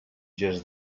gest